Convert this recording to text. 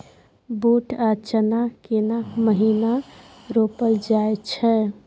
बूट आ चना केना महिना रोपल जाय छै?